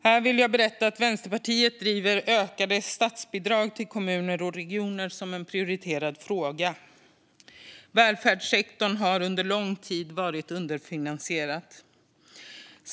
Här vill jag berätta att Vänsterpartiet driver ökade statsbidrag till kommuner och regioner som en prioriterad fråga. Välfärdssektorn har under lång tid varit underfinansierad.